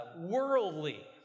worldly